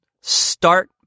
start